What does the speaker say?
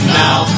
now